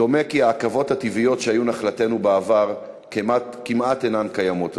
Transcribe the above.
דומה כי העכבות הטבעיות שהיו נחלתנו בעבר כמעט אינן קיימות היום.